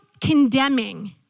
condemning